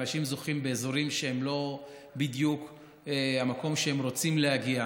אנשים זוכים באזורים שהם לא בדיוק המקום שהם רוצים להגיע.